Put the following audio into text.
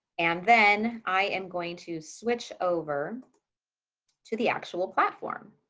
and then i am going to switch over to the actual platform.